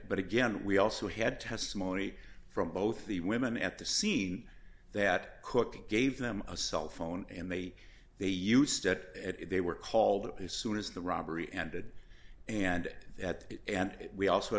but again we also had testimony from both the women at the scene that cook gave them a cell phone and they they used that they were called as soon as the robbery ended and that and we also